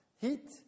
Heat